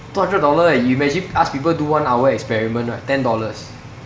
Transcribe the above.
two hundred dollar eh you imagine ask people do one hour experiment right ten dollars